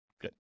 Good